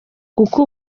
kuko